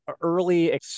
early